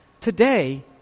Today